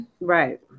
right